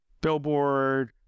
billboard